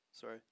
Sorry